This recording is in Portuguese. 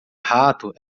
rato